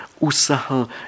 usaha